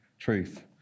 Truth